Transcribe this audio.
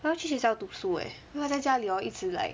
我要去学校读书 eh 因为在家 hor 一直 like